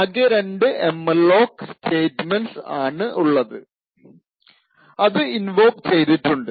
അകെ രണ്ട് malloc statements ആണുള്ളത് അത് ഇൻവോക് ചെയ്തിട്ടുണ്ട്